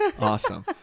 Awesome